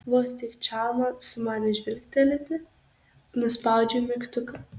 vos tik čalma sumanė žvilgtelėti nuspaudžiau mygtuką